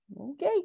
okay